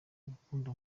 urukundo